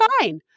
fine